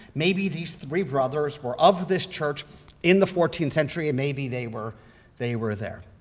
maybe these three brothers were of this church in the fourteenth century, and maybe they were they were there.